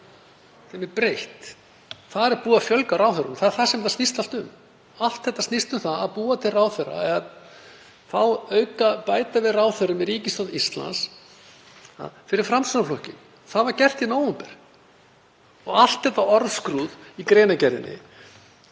Þeim er breytt, þar er búið að fjölga ráðherrum og það er það sem þetta snýst allt um. Allt þetta snýst um að búa til ráðherra, bæta við ráðherrum í ríkisstjórn Íslands fyrir Framsóknarflokkinn. Það var gert í nóvember. Allt þetta orðskrúð í greinargerðinni